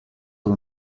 per